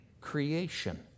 creation